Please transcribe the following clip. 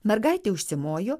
mergaitė užsimojo